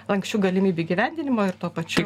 lanksčių galimybių įgyvendinimo ir tuo pačiu